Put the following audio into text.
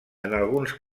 alguns